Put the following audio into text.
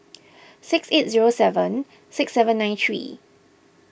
six eight zero seven six seven nine three